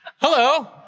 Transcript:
Hello